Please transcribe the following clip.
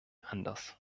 anders